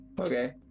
Okay